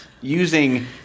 using